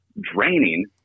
draining